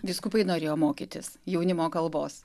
vyskupai norėjo mokytis jaunimo kalbos